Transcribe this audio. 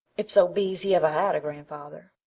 if so be's he ever had a grandfather,